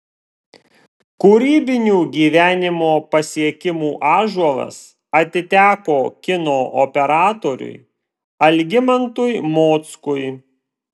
kūrybinių gyvenimo pasiekimų ąžuolas atiteko kino operatoriui algimantui mockui